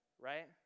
right